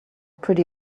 pretty